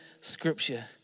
Scripture